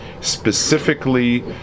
specifically